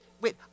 wait